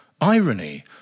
Irony